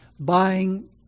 Buying